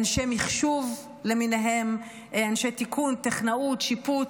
אנשי מחשוב למיניהם, אנשי תיקון, טכנאות, שיפוץ.